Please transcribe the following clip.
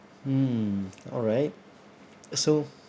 mm all right so